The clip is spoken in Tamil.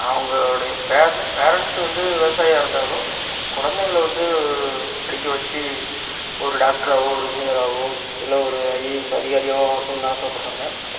அவங்களுடைய பேரன்ட்ஸ் வந்து விவசாயா இருந்தாலும் குழந்தைங்களை வந்து ஒரு படிக்க வச்சு ஒரு டாக்ட்ராகவோ ஒரு என்ஜினியராகவோ இல்லை ஒரு ஐஏஎஸ் அதிகாரியாகவோ ஆக்கணும்னு தான் ஆசை படறாங்க